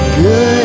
good